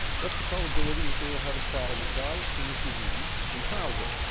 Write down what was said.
what's the probability that they will have a child that dies from this disease in childhood?